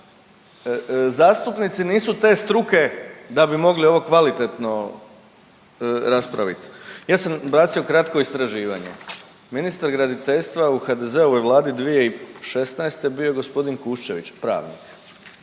zastupnici nisu te struke da bi mogli ovo kvalitetno raspraviti. Ja sam … /ne razumije se/… kratko istraživanje. Ministar graditeljstva u HDZ-ovoj Vladi 2016. je bio gospodin Kuščević pravnik.